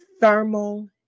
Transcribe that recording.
thermal